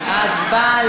ההצבעה,